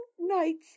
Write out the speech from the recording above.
nights